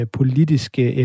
politiske